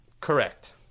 correct